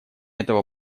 этого